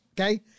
Okay